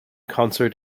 concert